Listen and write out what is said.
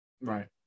right